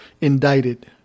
indicted